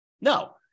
No